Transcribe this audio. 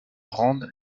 rende